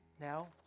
now